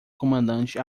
comandante